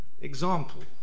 example